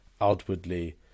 outwardly